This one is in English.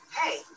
hey